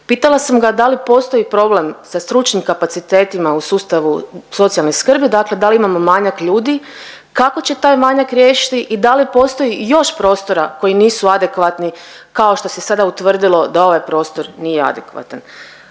Pitala sam ga da li postoji problem sa stručnim kapacitetima u sustavu socijalne skrbi, dakle da li imamo manjak ljudi, kako će taj manjak riješiti i da li postoji još prostora koji nisu adekvatni kao što se sada utvrdilo da ovaj prostor nije adekvatan.